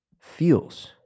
feels